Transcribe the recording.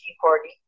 Party